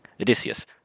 Odysseus